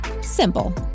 Simple